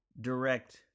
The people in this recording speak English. direct